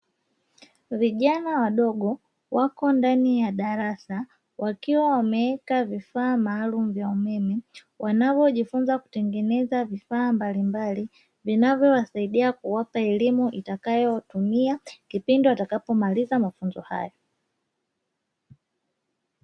Vijana wadogo wako ndani ya darasa, wakiwa wameweka vifaa maalumu vya umeme, wanavyojifunza kutengeneza vifaa mbalimbali, vinavyowasaidia kuwapa elimu watakayoitumia kipindi watakapomaliza mafunzo hayo.